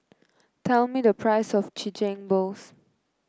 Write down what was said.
tell me the price of Chigenabe